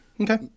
Okay